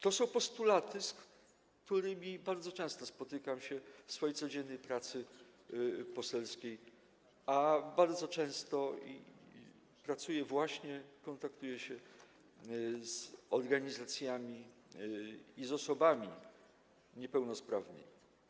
To są postulaty, z którymi bardzo często spotykam się w swojej codziennej pracy poselskiej, a bardzo często pracuję, kontaktuję się właśnie z organizacjami i z osobami niepełnosprawnymi.